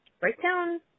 breakdown